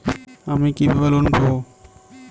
আমি কিভাবে লোন পাব?